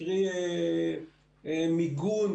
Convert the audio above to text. קרי מיגון